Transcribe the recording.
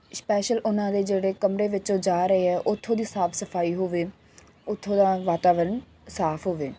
special ਉਹਨਾਂ ਦੇ ਜਿਹੜੇ ਕਮਰੇ ਵਿੱਚੋਂ ਜਾ ਰਹੇ ਆ ਉੱਥੋਂ ਦੀ ਸਾਫ ਸਫਾਈ ਹੋਵੇ ਉੱਥੋਂ ਦਾ ਵਾਤਾਵਰਨ ਸਾਫ ਹੋਵੇ